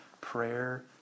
prayer